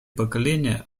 поколения